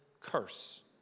curse